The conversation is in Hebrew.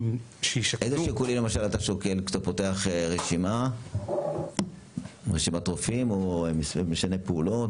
איזה שיקולים למשל אתה שוקל כשאתה פותח רשימת רופאים או משנה פעולות,